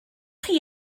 chi